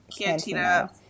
Cantina